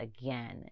again